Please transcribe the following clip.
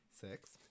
Six